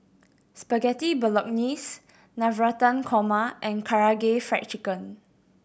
Spaghetti Bolognese Navratan Korma and Karaage Fried Chicken